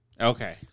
Okay